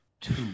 two